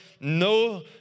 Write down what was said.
No